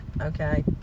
okay